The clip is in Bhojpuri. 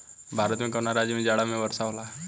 भारत के कवना राज्य में जाड़ा में वर्षा होला?